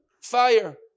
fire